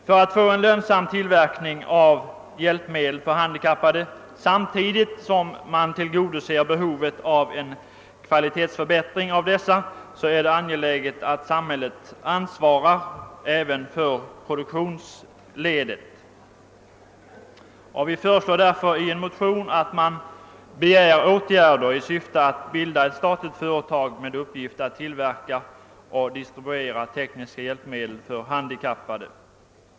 För att få till stånd en lönsam tillverkning av hjälpmedel för handikappade samtidigt som man tillgodoser behovet av en kvalitetsförbättring av dessa är det angeläget att samhället ansvarar även för produktionsledet. Jag och några medmotionärer föreslår därför att riksdagen skall begära åtgärder i syfte att bilda ett statligt företag med uppgift att tillverka och distribuera tekniska hjälpmedel för handikappade.